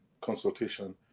consultation